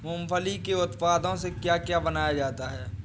मूंगफली के उत्पादों से क्या क्या बनाया जाता है?